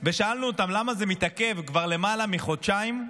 ושאלנו אותם למה זה מתעכב כבר למעלה מחודשיים,